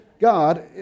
God